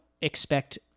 expect